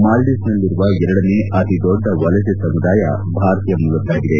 ಮಾಲ್ಲೀವ್ಸ್ನಲ್ಲಿರುವ ಎರಡನೇ ಅತಿದೊಡ್ಡ ವಲಸೆ ಸಮುದಾಯ ಭಾರತೀಯ ಮೂಲದ್ಗಾಗಿದೆ